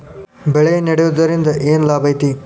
ಬೆಳೆ ನೆಡುದ್ರಿಂದ ಏನ್ ಲಾಭ ಐತಿ?